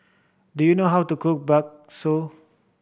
do you know how to cook bakso